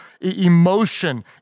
Emotion